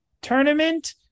tournament